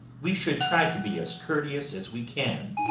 we should try to be as courteous as we can,